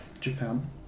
Japan